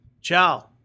Ciao